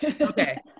Okay